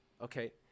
Okay